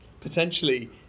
Potentially